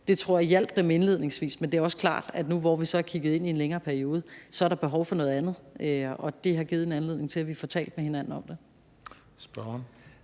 det tror jeg hjalp dem indledningsvis. Men det er også klart, at nu, hvor vi så kigger ind i en længere periode, er der behov for noget andet, og det har givet anledning til, at vi får talt med hinanden om det. Kl.